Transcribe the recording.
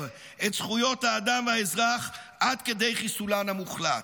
את זכויות האדם והאזרח עד כדי חיסולן המוחלט.